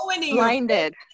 blinded